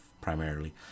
primarily